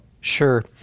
Sure